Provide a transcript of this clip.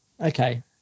Okay